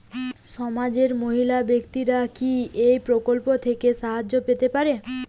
সমাজের মহিলা ব্যাক্তিরা কি এই প্রকল্প থেকে সাহায্য পেতে পারেন?